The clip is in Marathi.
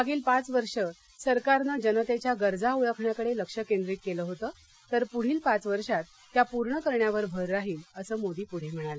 मागील पाच वर्षे सरकारने जनतेच्या गरजा ओळखण्याकडे लक्ष केंद्रित केलं होतं तर पुढील पाच वर्षात त्या पूर्ण करण्यावर भर राहील असं मोदी पुढे म्हणाले